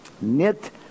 knit